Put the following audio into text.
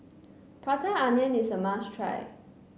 Prata Onion is a must try